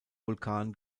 vulkan